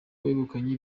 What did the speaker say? wegukanye